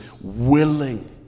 willing